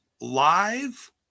live